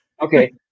Okay